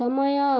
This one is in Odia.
ସମୟ